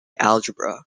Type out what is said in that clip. algebra